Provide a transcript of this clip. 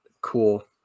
cool